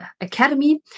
academy